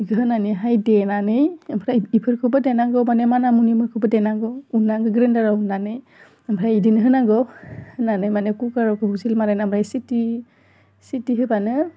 इखौ होनानैहाय देनानै ओमफ्राय इफोरखौबो देनांगौ मानि माना मुनिखौबो देनांगौ उन्नांगौ ग्रिनदाराव उननानै ओमफ्राय इदिनो होनांगौ होनानै मानि खुखारखौ सिल मारिनानै सिटि सिटि होबानो